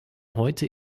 heute